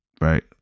right